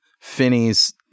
Finney's